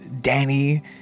Danny